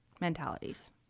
mentalities